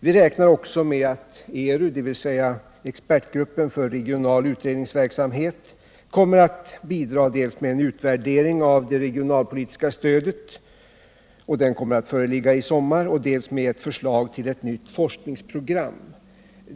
Vi räknar också med att ERU kommer att bidra dels med en utvärdering av det regionalpolitiska stödet, som kommer att föreligga i sommar, samt med ett förslag till ett nytt forskningsprogram.